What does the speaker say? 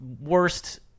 worst